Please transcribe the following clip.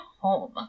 home